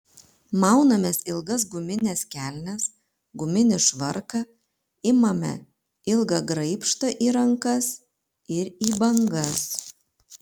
maunamės ilgas gumines kelnes guminį švarką imame ilgą graibštą į rankas ir į bangas